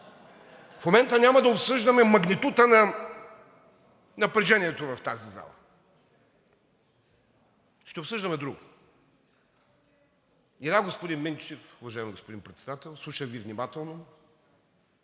В момента няма да обсъждаме магнитута на напрежението в тази зала, ще обсъждаме друго. И да, господин Минчев, уважаеми господин Председател, слушах Ви внимателно.